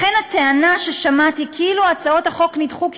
לכן הטענה ששמעתי כאילו הצעות החוק נדחו כי